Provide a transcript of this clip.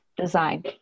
design